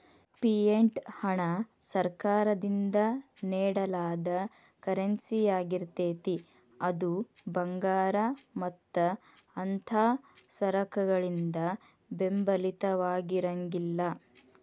fiat ಹಣ ಸರ್ಕಾರದಿಂದ ನೇಡಲಾದ ಕರೆನ್ಸಿಯಾಗಿರ್ತೇತಿ ಅದು ಭಂಗಾರ ಮತ್ತ ಅಂಥಾ ಸರಕಗಳಿಂದ ಬೆಂಬಲಿತವಾಗಿರಂಗಿಲ್ಲಾ